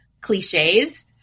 cliches